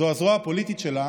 זו הזרוע הפוליטית שלה